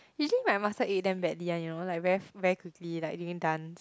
you see my muscle ache damn badly one you know like like very very quickly during dance